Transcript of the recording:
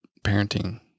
parenting